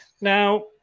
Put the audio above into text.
Now